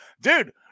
Dude